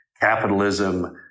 capitalism